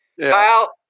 Kyle